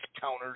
counters